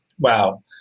Wow